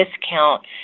discount